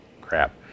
crap